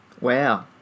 wow